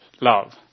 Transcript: love